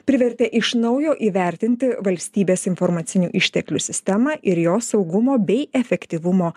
privertė iš naujo įvertinti valstybės informacinių išteklių sistemą ir jos saugumo bei efektyvumo